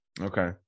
Okay